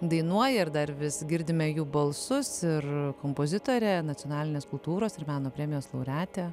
dainuoja ir dar vis girdime jų balsus ir kompozitorė nacionalinės kultūros ir meno premijos laureatė